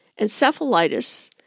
encephalitis